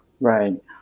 right